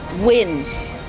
wins